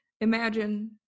imagine